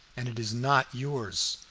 and it is not yours.